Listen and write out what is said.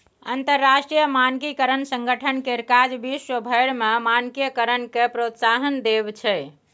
अंतरराष्ट्रीय मानकीकरण संगठन केर काज विश्व भरि मे मानकीकरणकेँ प्रोत्साहन देब छै